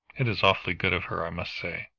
it is awfully good of her, i must say.